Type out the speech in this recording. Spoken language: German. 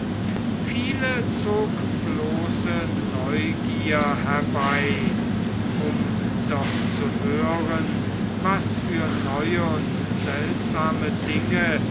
viele zog bloße neugier herbei um doch zu hören was für neue und seltsame dinge